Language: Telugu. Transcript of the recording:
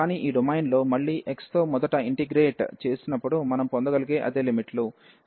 కానీ ఈ డొమైన్లో మళ్ళీ x తో మొదట ఇంటిగ్రేట్ చేసినప్పుడు మనం పొందగలిగే అదే లిమిట్ లు